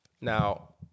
Now